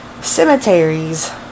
cemeteries